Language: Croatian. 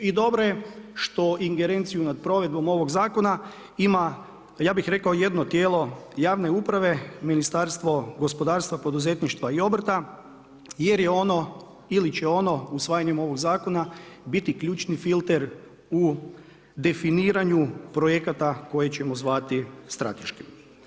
I dobro je što ingerenciju nad provedbom ovog zakona ima ja bih rekao, jedno tijelo javne uprave, Ministarstvo gospodarstva, poduzetništva i obrta jer je ono ili će ono usvajanjem ovog zakona, biti ključni filter u definiranju projekata koje ćemo zvati strateškim.